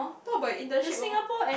talk about internship loh